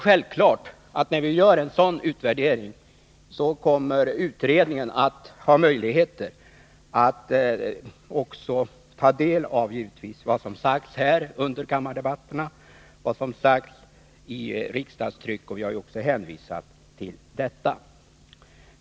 När man gör en sådan utvärdering är det självklart att utredningen kommer att ha möjligheter att också ta del av vad som sagts under kammardebatterna och av vad som framhållits i riksdagstryck. Utskottet har också hänvisat till detta.